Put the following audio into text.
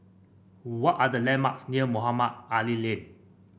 what are the landmarks near Mohamed Ali Lane